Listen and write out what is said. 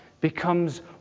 becomes